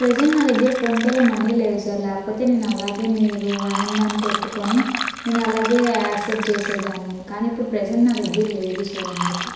present నా దగ్గర ఫోన్ పేలో మనీ లేదు సార్ లేకపోతే నేను అలాగే మీరు అనిన దానికి ఒప్పుకొని నేను అలాగే యాక్సెప్ట్ చేసేదాన్ని కానీ ఇప్పుడు ప్రజెంట్ నా దగ్గర లేదు సార్ అందుకే